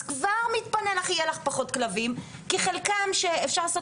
אז כבר יהיו לך פחות כלבים כי חלקם אפשר לעשות